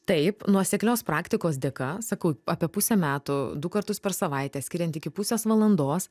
taip nuoseklios praktikos dėka sakau apie pusę metų du kartus per savaitę skiriant iki pusės valandos